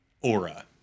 aura